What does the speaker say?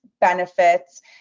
benefits